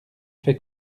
fait